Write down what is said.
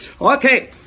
Okay